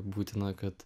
būtina kad